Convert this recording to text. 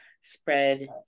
spread